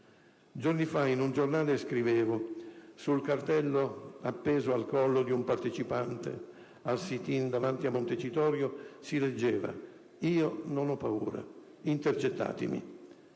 Giorni fa in un giornale ho scritto a proposito del cartello appeso al collo di un partecipante al *sit in* davanti a Montecitorio in cui si leggeva "Io non ho paura, intercettatemi":